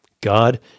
God